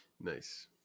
Nice